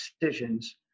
decisions